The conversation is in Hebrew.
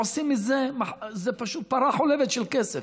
זה פשוט פרה חולבת של כסף.